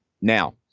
Now